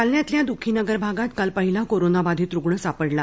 जालन्यातल्या दुखीनगर भागात काल पहिला कोरोना बाधित रुग्ण सापडला